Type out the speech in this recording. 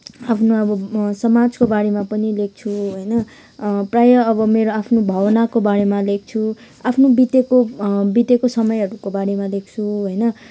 आफनो अब समाजको बारेमा पनि लेख्छु होइन प्रायः अब मेरो आफ्नो भावनाको बारेमा लेख्छु आफ्नो बितेको बितेको समयहरू को बारेमा लेख्छु होइन